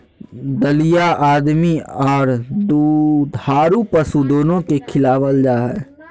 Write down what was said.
दलिया आदमी आर दुधारू पशु दोनो के खिलावल जा हई,